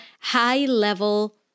high-level